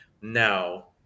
now